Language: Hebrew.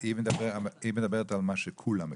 --- היא מדברת על מה שכולם מקבלים.